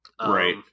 Right